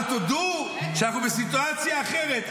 אבל תודו שאנחנו בסיטואציה אחרת.